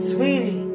Sweetie